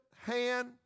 hand